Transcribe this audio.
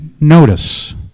notice